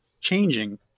changing